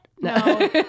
No